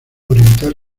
oriental